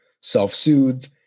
self-soothe